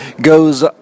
goes